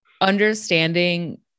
understanding